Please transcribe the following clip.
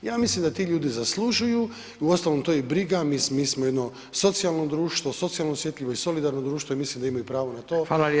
Ja mislim da ti ljudi zaslužuju, uostalom to je i briga, mi smo jedno socijalno društvo, socijalno osjetljivo i solidarno društvo i mislim da imaju pravo na to